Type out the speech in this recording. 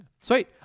Sweet